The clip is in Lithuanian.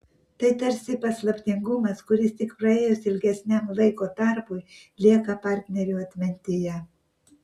tai tarsi paslaptingumas kuris tik praėjus ilgesniam laiko tarpui lieka partnerių atmintyje